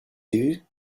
you